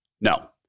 No